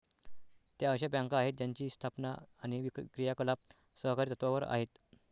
त्या अशा बँका आहेत ज्यांची स्थापना आणि क्रियाकलाप सहकारी तत्त्वावर आहेत